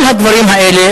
כל הדברים האלה,